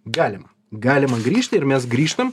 galima galima grįžti ir mes grįžtam